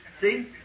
See